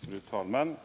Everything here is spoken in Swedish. Fru talman!